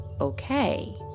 okay